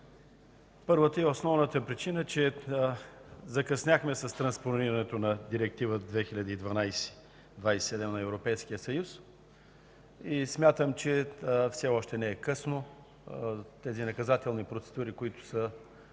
Първата и основната причина е, че закъсняхме с транспонирането на Директива 2012/27 на Европейския съюз. Смятам, че все още не е късно и наказателните процедури, които